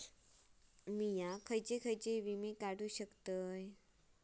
मी खयचे खयचे विमे काढू शकतय?